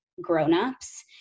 grownups